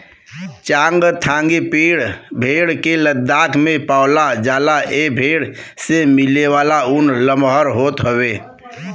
चांगथांगी भेड़ के लद्दाख में पावला जाला ए भेड़ से मिलेवाला ऊन लमहर होत हउवे